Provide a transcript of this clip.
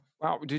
Wow